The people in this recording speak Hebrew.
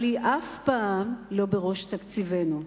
אבל היא אף פעם לא בראש תקציבנו.